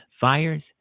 fires